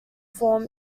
form